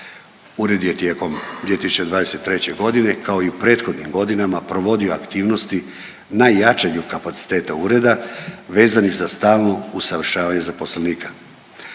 Ured je tijekom 2023. g., kao i u prethodnim godinama provodio aktivnosti na jačanju kapaciteta Ureda vezanih za stalno usavršavanje zaposlenika.